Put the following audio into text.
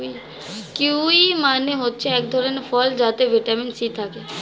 kiwi মানে হচ্ছে এক ধরণের ফল যাতে ভিটামিন সি থাকে